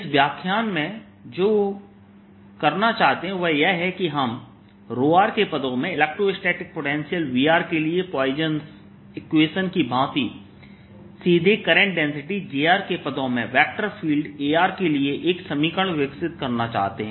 इस व्याख्यान में जो करना चाहते हैं वह यह है कि हम के पदों में इलेक्ट्रोस्टेटिक पोटेंशियल V के लिए पॉइसन इक्वेशनPoisson's Equation की भांति सीधे करंट डेंसिटी J के पदों में वेक्टर फील्ड A के लिए एक समीकरण विकसित करना चाहते हैं